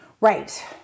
Right